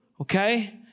okay